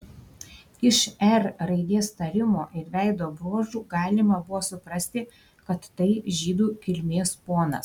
iš r raidės tarimo ir veido bruožų galima buvo suprasti kad tai žydų kilmės ponas